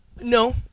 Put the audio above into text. No